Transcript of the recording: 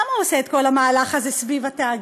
למה הוא עושה את כל המהלך הזה סביב התאגיד?